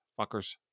Fuckers